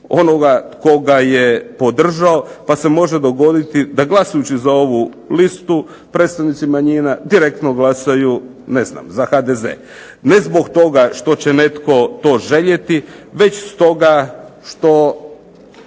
onoga tko ga je podržao pa se može dogoditi da glasujući za ovu listu predstavnici manjina direktno glasaju za HDZ. Ne zbog toga što će to netko željeti već zbog toga što